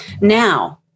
now